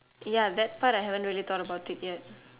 ya that part I haven't really thought about it yet